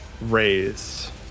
rays